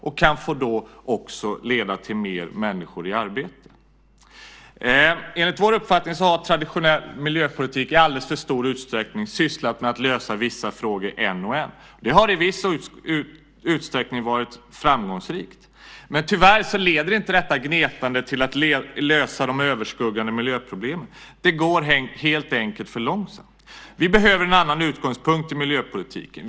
Det kan också leda till fler människor i arbete. Enligt vår uppfattning har traditionell miljöpolitik i alldeles för stor utsträckning sysslat med att lösa vissa frågor en och en. Det har i viss utsträckning varit framgångsrikt. Men tyvärr leder inte detta gnetande till att lösa de överskuggande miljöproblemen. Det går helt enkelt för långsamt. Vi behöver en annan utgångspunkt i miljöpolitiken.